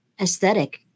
aesthetic